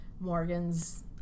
Morgan's